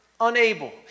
unable